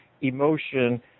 emotion